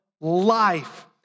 life